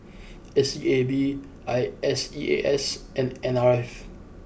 S E A B I S E A S and N R F